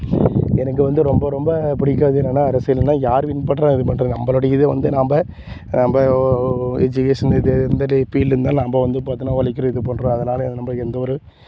எனக்கு வந்து ரொம்ப ரொம்ப பிடிக்காதது என்னென்னால் அரசியல் தான் யார் வின் பண்றா இது பண்றா நம்மளோடைய இதை வந்து நாம்ம நாம்ம ஓ எஜுகேஷன் இது எந்த ஃபீல்ட் இருந்தாலும் நாம்ம வந்து பார்த்தினா உழைக்கிறது இது பண்ணுறோம் அதனால் எ நம்மளுக்கு எந்த ஒரு